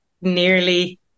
nearly